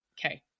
Okay